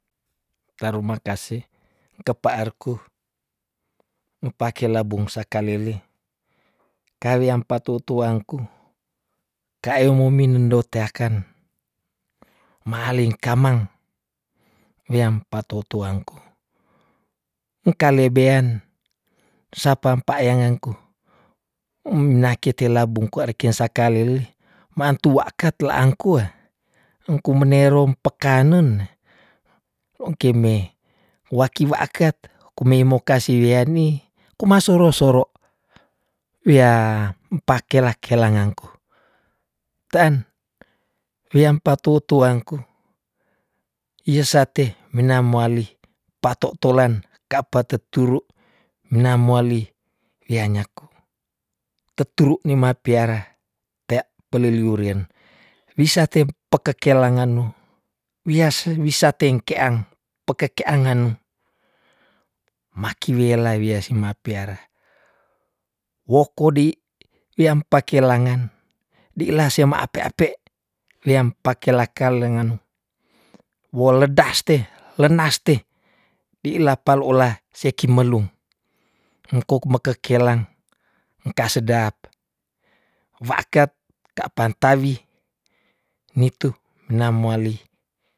Tarumakasi kepaerku mpake labung sakalili ka wiam patoutuangku kaeo mominenndoteaken maling kamang wiam patou tuangku, ngkalebean sapa mpayangangku lake te labung kwa reken sakalili maantu wa kat laangku we ngkumeneru mpekanen ongkeme waki waakat ku mei mu kasi lia ni kumasorosoro wea mpakelakela ngangku teen wia mpatuwutuwa angku iya sate mina moali patoutolen ka apa teturu mina moali mia nyaku teturu ni mapiara tea peliliurin wisa te mpekekelangano wias- wisa teng keang pekekeangen maki wela wia si mapiara woko dei yang pakelangan dei la seamaapeape weampakelaka lengan woledaste lenaste dei lapaloola sei kimelung ngkukmakekelang ntasedap vaakat kaapan tawi nitu na moali.